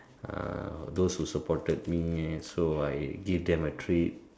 uh those who supported me so I gave them a treat